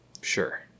Sure